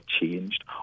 changed